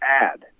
add